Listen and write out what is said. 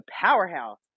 powerhouse